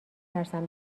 ترسم